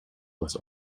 was